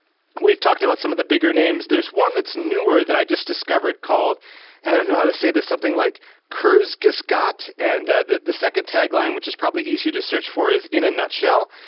we've talked about some of the bigger names. there's one that's newer that i just discovered called and i don't know how to say this. something like kurzgesagt, and the the second tagline which is probably easy to search for is in a nutshell.